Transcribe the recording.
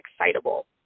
excitable